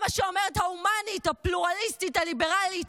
זה מה שאומרת ההומנית הפלורליסטית הליברלית